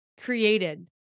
created